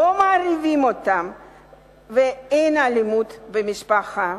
לא מרעיבים אותם ואין אלימות במשפחה.